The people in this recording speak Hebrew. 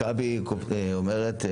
מכבי אומרת,